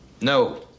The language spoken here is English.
No